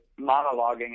monologuing